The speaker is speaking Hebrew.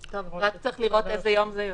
רק צריך לראות איזה יום זה יוצא.